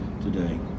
today